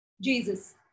Jesus